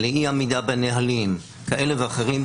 לאי עמידה בנהלים כאלה ואחרים,